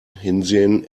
hinsehen